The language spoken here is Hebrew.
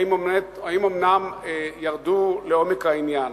והאם אומנם ירדו לעומק העניין.